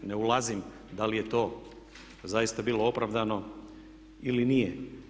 Ne ulazim da li je to zaista bilo opravdano ili nije.